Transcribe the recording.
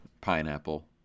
pineapple